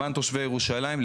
למען תושבי ירושלים,